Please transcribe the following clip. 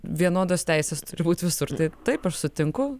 vienodos teisės turi būt visur tai taip aš sutinku